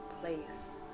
place